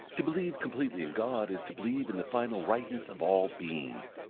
to believe completely in god is to believe in the final rightness of all being.